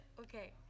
Okay